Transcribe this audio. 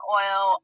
oil